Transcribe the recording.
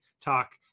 talk